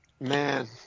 Man